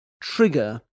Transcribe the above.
trigger